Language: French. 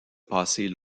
passer